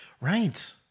Right